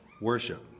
worship